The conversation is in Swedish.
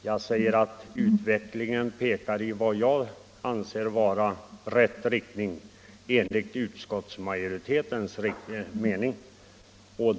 Jag hävdar att utvecklingen går i rätt riktning enligt utskottsmajoritetens mening.